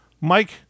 mike